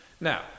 Now